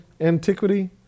antiquity